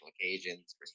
occasions